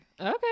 Okay